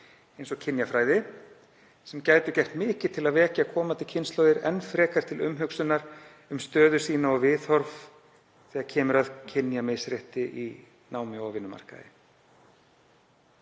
eins og kynjafræði, sem gætu gert mikið til að vekja komandi kynslóðir enn frekar til umhugsunar um stöðu sína og viðhorf þegar kemur að kynjasmisrétti í námi og á vinnumarkaði.“